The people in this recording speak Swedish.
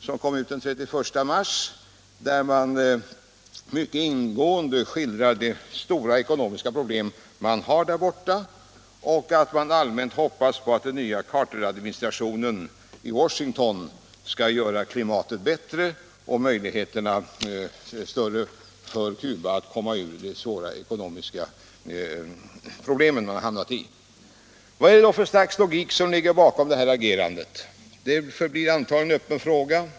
Numret kom ut den 31 mars: Man skildrar mycket ingående de stora ekonomiska problem som finns där borta, och man hoppas att den nya Carter-administrationen i Washington skall göra klimatet bättre och möjligheterna större för Cuba att komma ur de svåra ekonomiska problemen. Vad är det då för slags logik som ligger bakom det här agerandet? Det förblir antagligen en öppen fråga.